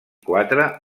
quatre